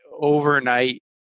overnight